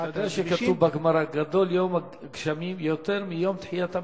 אתה יודע שכתוב בגמרא: גדול יום הגשמים יותר מיום תחיית המתים.